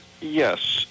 Yes